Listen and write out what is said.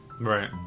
Right